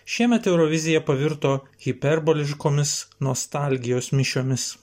šiemet eurovizija pavirto hiperboliškomis nostalgijos mišiomis